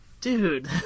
Dude